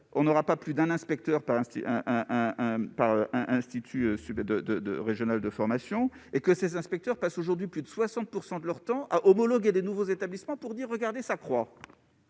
on n'aura pas plus d'un inspecteur, par un un, un par un institut de de de régional de formation et que ses inspecteurs passe aujourd'hui plus de 60 % de leur temps à homologuer de nouveaux établissements pour dire regardez s'accroît.